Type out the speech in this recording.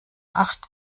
acht